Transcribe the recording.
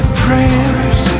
prayers